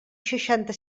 seixanta